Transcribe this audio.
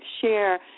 share